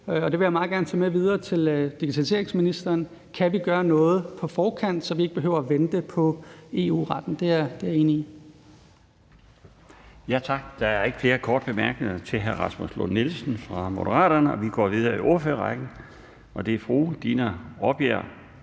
og det vil jeg meget gerne tage med videre til det digitaliseringsministeren; kan vi gøre noget på forkant, så vi ikke behøver at vente på EU-retten? Det er jeg enig i. Kl. 16:04 Den fg. formand (Bjarne Laustsen): Tak. Der er ikke flere korte bemærkninger til hr. Rasmus Lund Nielsen fra Moderaterne. Vi går videre i ordførerrækken til fru Dina Raabjerg